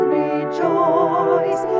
rejoice